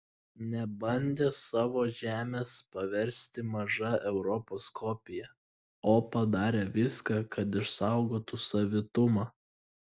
nebandė savo žemės paversti maža europos kopija o padarė viską kad išsaugotų savitumą